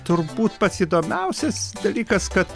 turbūt pats įdomiausias dalykas kad